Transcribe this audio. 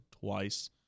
twice